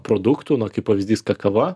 produktų na kaip pavyzdys kakava